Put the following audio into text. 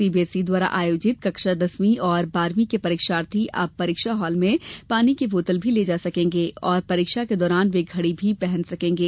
CBSE द्वारा आयोजित कक्षा दसवीं और बारहवीं के परीक्षार्थी अब परीक्षा हाल में पानी के बोतल भी ले जा सकेंगे और परीक्षा के दौरान वे घड़ी भी पहन सकेंगे